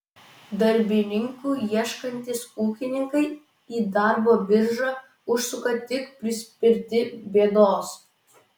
darbininkų ieškantys ūkininkai į darbo biržą užsuka tik prispirti bėdos